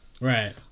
Right